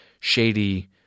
shady